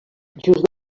just